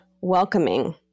welcoming